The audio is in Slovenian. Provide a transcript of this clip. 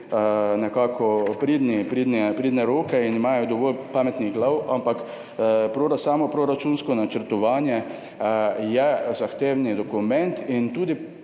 nekako pridne roke in imamo dovolj pametnih glav, ampak samo proračunsko načrtovanje je zahteven dokument in tudi